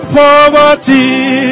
poverty